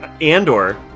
Andor